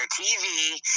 TV